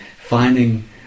finding